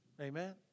Amen